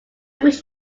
reached